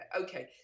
okay